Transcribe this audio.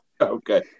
Okay